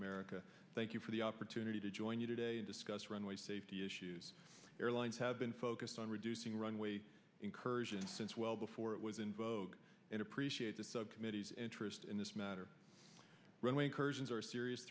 america thank you for the opportunity to join you today and discuss runway safety issues airlines have been focused on reducing runway incursions since well before it was in vogue and appreciate the subcommittee's interest in this matter runway incursions are a serious